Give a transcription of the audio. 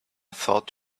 thought